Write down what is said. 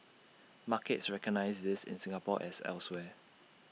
markets recognise this in Singapore as elsewhere